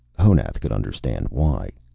honath could understand why.